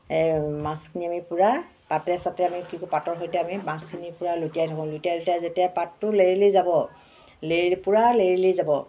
মাছখিনি আমি পুৰা পাতে চাতে আমি কি পাতৰ সৈতে আমি মাছখিনি পুৰা লুটিয়াই থাকোঁ লুটিয়াই লুটিয়াই যেতিয়া পাতটো লেৰেলি যাব লেৰে পুৰা লেৰেলি যাব